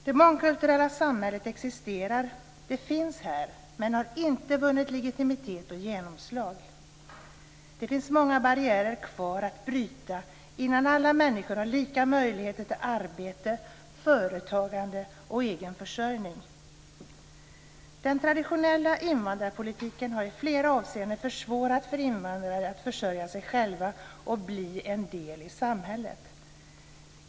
Det mångkulturella samhället existerar, det finns här, men har inte vunnit legitimitet och genomslag. Det finns många barriärer kvar att bryta innan alla människor har lika möjligheter till arbete, företagande och egen försörjning. Den traditionella invandrarpolitiken har i flera avseenden försvårat för invandrare att försörja sig själva och bli en del i samhället.